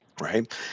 Right